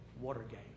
Watergate